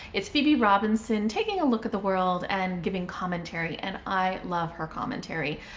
it's phoebe robinson taking a look at the world and giving commentary, and i love her commentary.